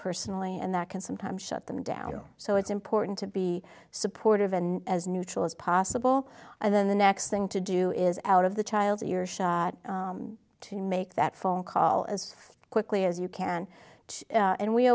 personally and that can sometimes shut them down so it's important to be supportive and as neutral as possible the next thing to do is out of the child's earshot to make that phone call as quickly as you can and we